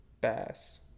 Bass